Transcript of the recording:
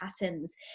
patterns